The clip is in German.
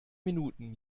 minuten